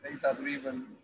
data-driven